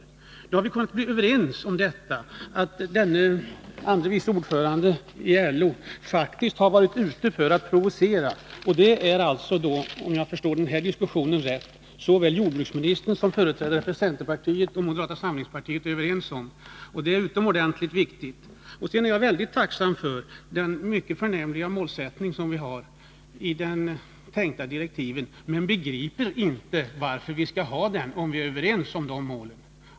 Vi har — om jag förstår rätt — blivit överens om att andre vice ordföranden i LO faktiskt varit ute för att provocera. Det är såväl jordbruksministern som företrädare för centerpartiet och moderata samlingspartiet nu överens om. Det är utomordentligt viktigt. Sedan vill jag säga att jag är positiv till den förnämliga målsättning som skall gälla i direktiven till den tänkta utredningen, men jag begriper inte varför vi skall ha den, när vi är överens om de målen.